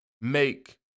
make